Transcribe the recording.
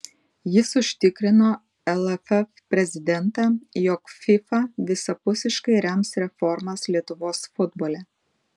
jis užtikrino lff prezidentą jog fifa visapusiškai rems reformas lietuvos futbole